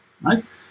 right